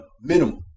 Minimum